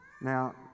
Now